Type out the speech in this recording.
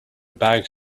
bags